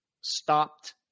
stopped